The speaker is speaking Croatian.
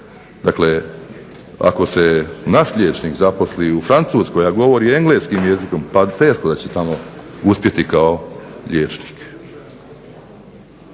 Dakle, ako se naš liječnik zaposli u Francuskoj, a govori engleskim jezikom teško da će tamo uspjeti kao liječnik.